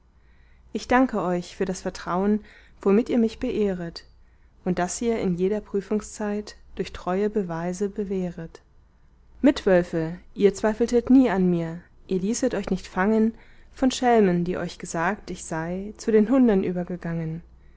ich danke euch für das vertraun womit ihr mich beehret und das ihr in jeder prüfungszeit durch treue beweise bewähret mitwölfe ihr zweifeltet nie an mir ihr ließet euch nicht fangen von schelmen die euch gesagt ich sei zu den hunden übergegangen